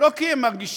לא כי הם מרגישים,